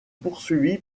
poursuivi